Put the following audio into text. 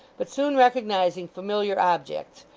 but soon recognising familiar objects,